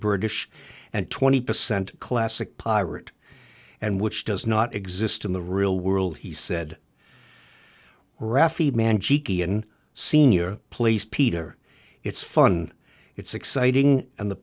british and twenty percent classic pirate and which does not exist in the real world he said raffi man senior plays peter it's fun it's exciting and the